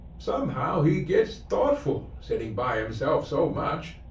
somehow he gets thoughtful, sitting by himself so much,